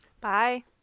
Bye